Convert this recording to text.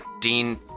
Dean